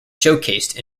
showcased